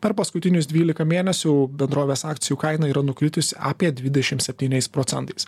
per paskutinius dvylika mėnesių bendrovės akcijų kaina yra nukritus apie dvidešim septyniais procentais